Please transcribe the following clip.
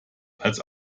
als